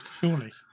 surely